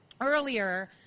earlier